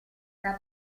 sta